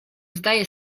zdaje